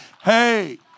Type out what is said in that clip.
hey